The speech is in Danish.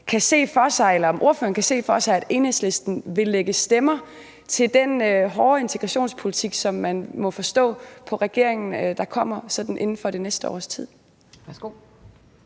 kan se for sig, at Enhedslisten vil lægge stemmer til den hårde integrationspolitik, som man må forstå på regeringen kommer sådan inden for det næste års tid.